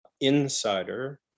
insider